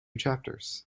chapters